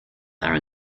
are